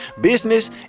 Business